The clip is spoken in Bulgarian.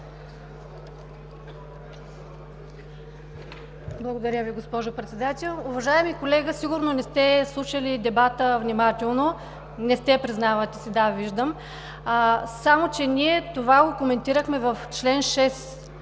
Благодаря Ви, госпожо Председател. Уважаеми колега, сигурно не сте слушали дебата внимателно. Не сте – признавате си, да виждам. Само че ние това го коментирахме в чл. 6.